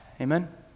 Amen